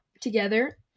together